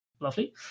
Lovely